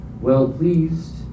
well-pleased